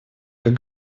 как